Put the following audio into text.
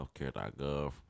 Healthcare.gov